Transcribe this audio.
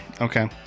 Okay